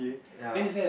ya